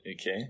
Okay